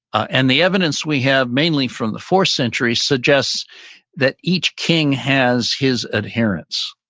and the evidence we have mainly from the fourth century suggests that each king has his adherence.